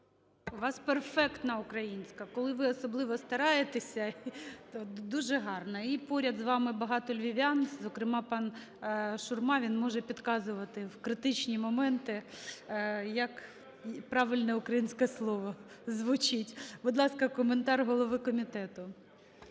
У вас перфектна українська. Коли ви особливо стараєтеся, то дуже гарно. І поряд з вами багато львів'ян, зокрема пан Шурма, він може підказувати в критичні моменти, як правильно українське слово звучить. Будь ласка, коментар голови комітету.